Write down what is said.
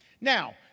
Now